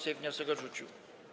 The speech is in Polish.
Sejm wniosek odrzucił.